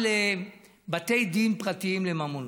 לבתי דין פרטיים לממונות.